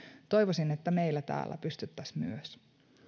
toivoisin että meillä täällä pystyttäisiin myös